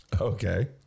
Okay